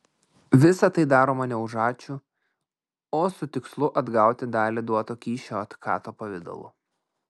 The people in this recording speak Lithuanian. visa tai daroma ne už ačiū o su tikslu atgauti dalį duoto kyšio otkato pavidalu